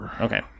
Okay